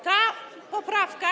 Ta poprawka.